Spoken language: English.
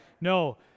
no